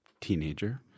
teenager